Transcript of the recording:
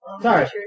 Sorry